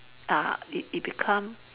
ah it it become